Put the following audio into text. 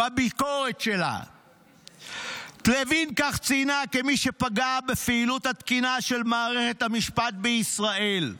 בביקורת שלה כמי שפגע בפעילות התקינה של מערכת המשפט בישראל.